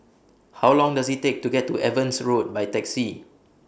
How Long Does IT Take to get to Evans Road By Taxi